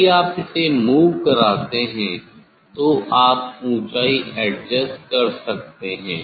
यदि आप इसे मूव कराते हैं तो आप ऊंचाई एडजेस्ट कर सकते हैं